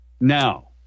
Now